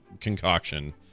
concoction